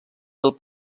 del